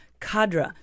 cadre